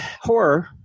horror